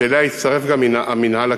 שאליה הצטרף גם המינהל הקהילתי.